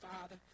Father